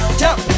jump